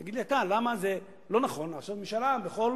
תגיד לי אתה למה לא נכון לעשות משאל עם בכל